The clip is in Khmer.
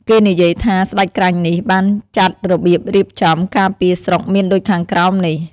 គេនិយាយថា ស្តេចក្រាញ់នេះ បានចាត់របៀបរៀបចំ ការពារស្រុកមានដូចខាងក្រោមនេះ។